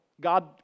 God